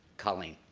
colleen.